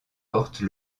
porte